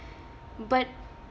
but